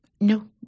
No